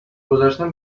گذشتم